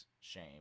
shame